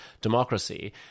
democracy